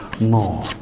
more